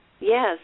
Yes